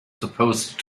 supposed